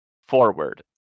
forward